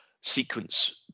sequence